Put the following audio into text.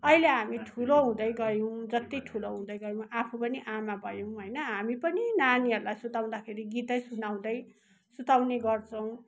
अहिले हामी ठुलो हुँदै गयौँ जति ठुलो हुँदै गयौँ आफू पनि आमा भयौँ होइन हामीहरूले पनि नानीहरूलाई सुताउँदाखेरि गीतै सुनाउँदै सुताउने गर्छौँ